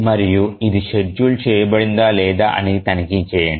మరియు ఇది షెడ్యూల్ చేయబడిందా లేదా అని తనిఖీ చేయండి